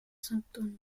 symptômes